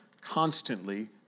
constantly